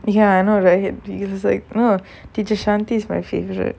ya I know right it's like teacher shanti is my favourite